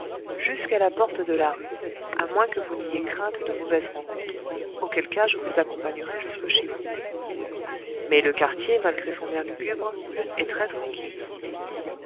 jusqu'à la porte de la rue à moins que vous n'ayez crainte de mauvaises rencontres auquel cas je vous accompagnerai jusque chez vous mais le quartier malgré son air lugubre est très tranquille